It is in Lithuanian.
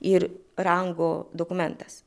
ir rango dokumentas